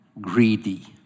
greedy